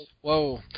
Whoa